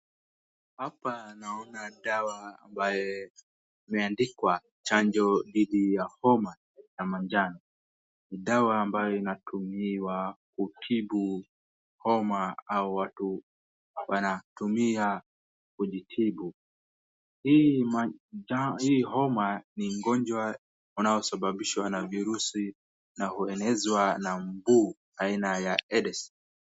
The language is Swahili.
Hapa naona dawa ambayo imendikwa chanjo dhidi ya homa ya manjano, ni dawa ambayo inatumiwa kutibu homa au watu wanatumia kujitibu. Hii homa ni ugonjwa unaosababishwa na virusi na huenezwa na mbu aina ya aadex[cs.